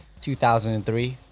2003